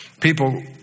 people